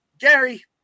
Gary